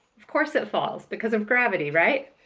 of course it falls. because of gravity, right?